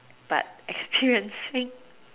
but experiencing